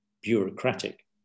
bureaucratic